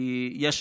כי יש,